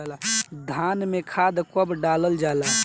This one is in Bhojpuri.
धान में खाद कब डालल जाला?